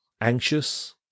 Anxious